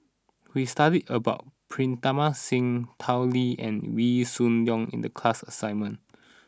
we studied about Pritam Singh Tao Li and Wee Shoo Leong in the class assignment